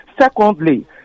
Secondly